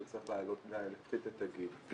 שצריך להפחית את הגיל,